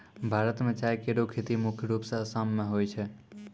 भारत म चाय केरो खेती मुख्य रूप सें आसाम मे होय छै